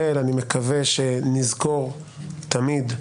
אני מקווה שנזכור תמיד,